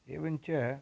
एवञ्च